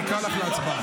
אני אקרא לך להצבעה.